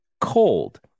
cold